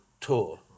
tour